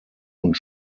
und